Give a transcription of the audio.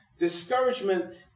Discouragement